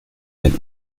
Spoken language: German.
ein